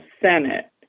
Senate